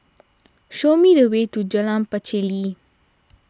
show me the way to Jalan Pacheli